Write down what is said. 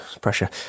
pressure